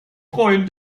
freuen